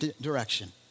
direction